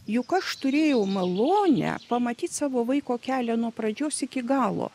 juk aš turėjau malonę pamatyt savo vaiko kelią nuo pradžios iki galo